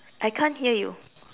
I can't hear you